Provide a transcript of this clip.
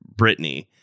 Britney